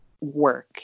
work